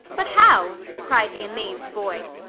but how? cried the amazed boy.